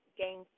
gain